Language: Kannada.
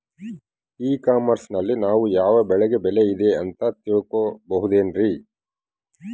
ಇ ಕಾಮರ್ಸ್ ನಲ್ಲಿ ನಾವು ಯಾವ ಬೆಳೆಗೆ ಬೆಲೆ ಇದೆ ಅಂತ ತಿಳ್ಕೋ ಬಹುದೇನ್ರಿ?